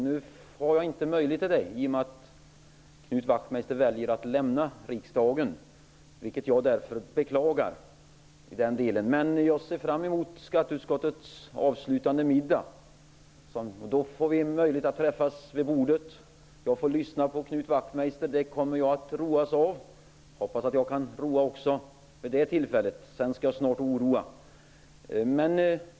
Nu har jag inte möjlighet till det i och med att Knut Wachtmeister väljer att lämna riksdagen, vilket jag därför beklagar. Men jag ser fram emot skatteutskottets avslutande middag. Då får vi möjlighet att träffas vid bordet. Jag får lyssna på Knut Wachtmeister. Det kommer jag att roas av. Hoppas att jag kan roa också vid det tillfället. Snart skall jag oroa.